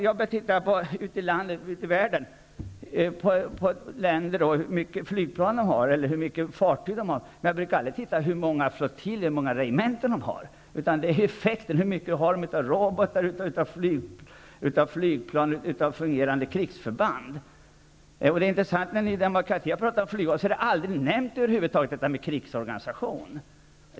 Jag brukar titta på hur många flygplan eller hur många fartyg olika länder ute i världen har, men jag brukar aldrig titta på hur många flottiljer och hur många regementen de har. Det är effekten jag är intresserad av. Hur många robotar, flygplan och fungerande krigsförband har de? När Ny demokrati har talat om flygvapnet har man aldrig över huvud taget nämnt krigsorganisationen.